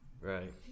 Right